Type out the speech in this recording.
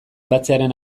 batzearen